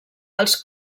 els